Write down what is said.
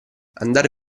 andar